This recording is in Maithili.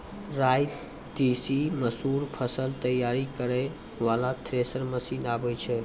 राई तीसी मसूर फसल तैयारी करै वाला थेसर मसीन आबै छै?